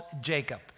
Jacob